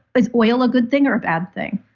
is oil a good thing or a bad thing?